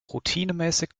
routinemäßig